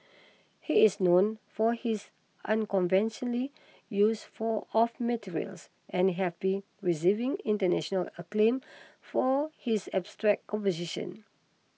he is known for his unconventionally use for of materials and have been receiving international acclaim for his abstract composition